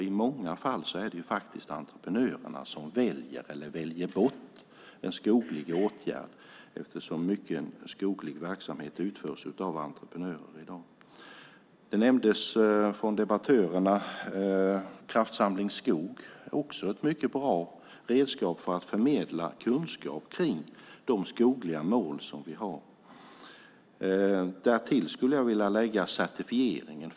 I många fall är det faktiskt de som väljer eller väljer bort en skoglig åtgärd eftersom mycken skoglig verksamhet utförs av entreprenörer i dag. Debattörerna nämnde Kraftsamling skog. Det är också ett mycket bra redskap för att förmedla kunskap om de skogliga mål som vi har. Därtill skulle jag vilja lägga certifieringen.